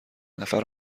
نفر